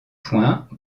points